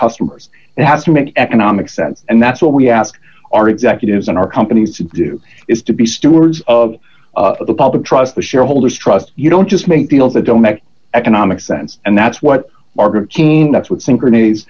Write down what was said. customers that has to make economic sense and that's what we ask our executives and our companies to do is to be stewards of the public trust the shareholders trust you don't just make deals that don't make economic sense and that's what our group team that's what synchroni